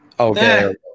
Okay